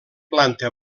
planta